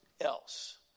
else